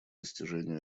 достижению